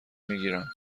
میگیرم